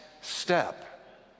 step